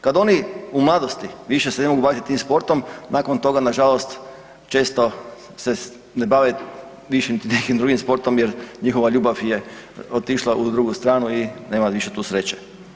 Kad oni u mladosti više se ne mogu baviti tim sportom, nakon toga nažalost često se ne bave više niti nekim drugim sportom jer njihova ljubav je otišla u drugu stranu i nema više tu sreće.